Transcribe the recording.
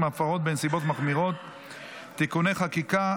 הפרות בנסיבות מחמירות (תיקוני חקיקה),